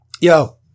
yo